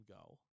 go